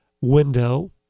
window